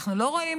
אנחנו לא רואים,